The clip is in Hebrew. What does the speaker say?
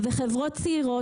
וחברות צעירות,